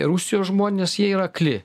rusijos žmonės jie yra akli